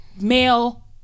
male